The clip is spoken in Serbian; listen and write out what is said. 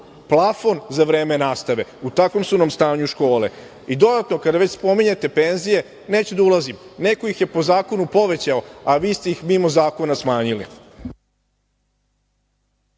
plafon za vreme nastave. U takvom su nam stanju škole. Dodatno, kada već spominjete penzije, neću da ulazim, neko ih je po zakonu povećao, a vi ste ih mimo zakona smanjili.